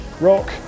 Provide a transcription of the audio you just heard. rock